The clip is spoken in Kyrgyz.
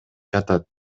жатат